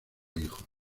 hijos